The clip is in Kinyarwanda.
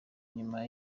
nyuma